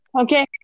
Okay